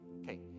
Okay